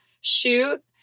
shoot